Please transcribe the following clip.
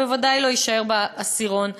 ובוודאי לא יישאר בעשירון העליון.